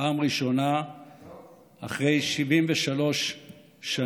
פעם ראשונה אחרי 73 שנים.